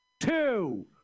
two